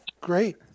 Great